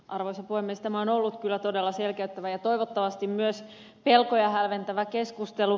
tämä on ollut kyllä todella selkeyttävä ja toivottavasti myös pelkoja hälventävä keskustelu